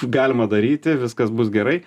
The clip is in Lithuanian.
galima daryti viskas bus gerai